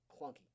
clunky